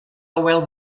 hywel